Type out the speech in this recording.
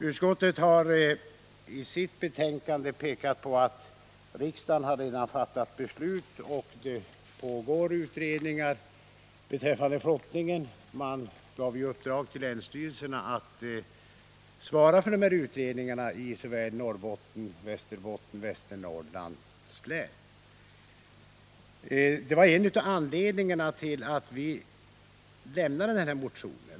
Utskottet har i betänkandet framhållit att riksdagen redan har fattat beslut och att det pågår utredningar om flottningen. Man har gett länsstyrelserna i Norrbottens län, Västerbottens län och Västernorrlands län i uppdrag att svara för utredningarna. Detta var en av anledningarna till att vi väckte den här motionen.